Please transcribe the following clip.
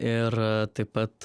ir taip pat